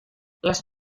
les